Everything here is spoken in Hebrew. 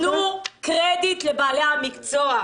-- תנו קרדיט לבעלי המקצוע.